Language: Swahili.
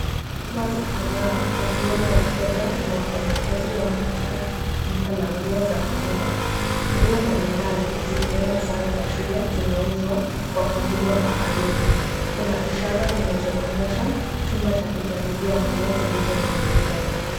Watu kadhaa wakiwemo wateja na wafanyakazi wamo katika duka la nguo za mitumba, nguo mbali mbali zikiwemo sare za shule zinauzwa kwa punguzo maalum kuna ishara zinazoonyesha chumba cha kujaribia nguo zilizo nunuliwa.